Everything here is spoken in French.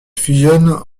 fusionne